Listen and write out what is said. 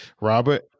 Robert